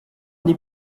des